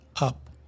up